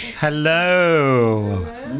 Hello